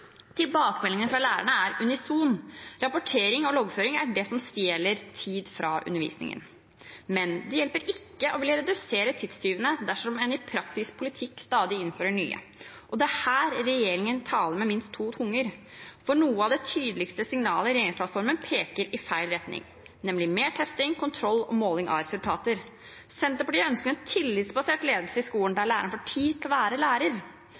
Tilbakemeldingen fra lærerne er unison: Rapportering og loggføring er det som stjeler tid fra undervisningen, men det hjelper ikke å redusere antall tidstyver dersom man i praktisk politikk stadig innfører nye. Og det er her regjeringen taler med minst to tunger, for noe av det tydeligste signalet i regjeringsplattformen peker i feil retning – nemlig mot mer testing, kontroll og måling av resultater. Senterpartiet ønsker en tillitsbasert ledelse i skolen, der læreren får tid til å være lærer.